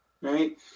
Right